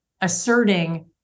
asserting